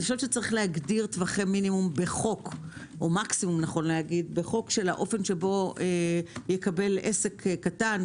יש להגדיר טווחי מקסימום בחוק על האופן שבו יקבל עסק קטן,